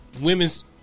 women's